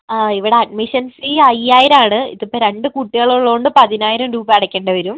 ആ ഇവിടെ admission fee അയ്യായിരം ആണ് ഇതിപ്പം രണ്ട് കുട്ടികൾ ഉള്ളതുകൊണ്ട് പതിനായിരം രൂപ അടക്കേണ്ടി വരും